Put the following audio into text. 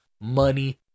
money